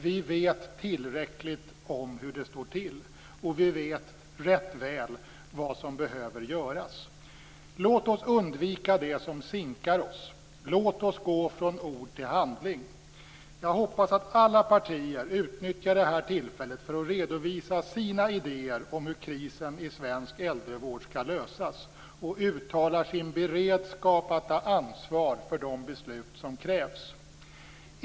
Vi vet tillräckligt om hur det står till, och vi vet rätt väl vad som behöver göras. Låt oss undvika det som sinkar oss. Låt oss gå från ord till handling. Jag hoppas att alla partier utnyttjar det här tillfället för att redovisa sina idéer om hur krisen i svensk äldrevård skall lösas och uttalar sin beredskap att ta ansvar för de beslut som krävs.